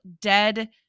Dead